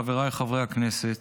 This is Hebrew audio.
חבריי חברי הכנסת,